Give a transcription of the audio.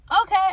Okay